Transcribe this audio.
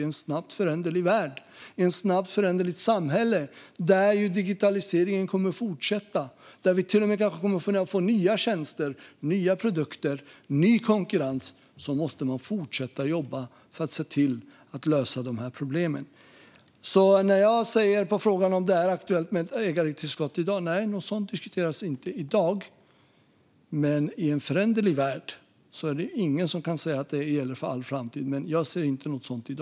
I en snabbt föränderlig värld och i ett snabbt föränderligt samhälle där digitaliseringen kommer att fortsätta och vi kanske får nya tjänster, nya produkter och ny konkurrens måste vi fortsätta att jobba för att lösa dessa problem. Är det aktuellt med ett ägartillskott? Nej, något sådant diskuteras inte i dag. Men i en föränderlig värld kan ingen säga att det gäller för all framtid.